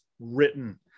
written